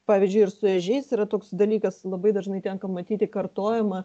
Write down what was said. pavyzdžiui ir su ežiais yra toks dalykas labai dažnai tenka matyti kartojamą